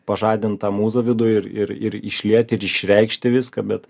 pažadint tą mūza viduj ir ir išlieti ir išreikšti viską bet